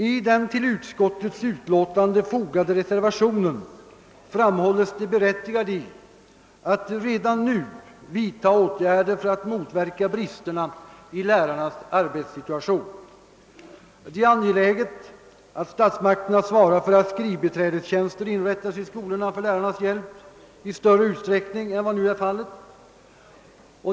I den till utskottets utlåtande fogade reservationen framhålles det berättigade i att redan nu vidta åtgärder för att motverka bristerna i lärarnas arbetssituation. Det är angeläget att statsmakterna svarar för att det till lärarnas hjälp inrättas skrivbiträdestjänster i skolorna i större utsträckning än vad nu är fallet.